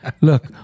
Look